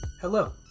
Hello